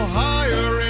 higher